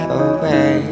away